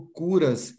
curas